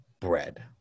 bread